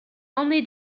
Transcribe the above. only